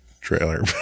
trailer